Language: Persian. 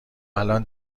الان